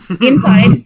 inside